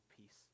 peace